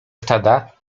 stada